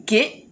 Get